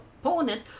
opponent